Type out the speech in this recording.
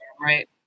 right